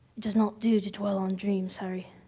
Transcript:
does not do to dwell on dreams, harry,